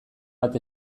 bat